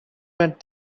met